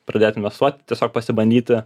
pradėt investuoti tiesiog pasibandyti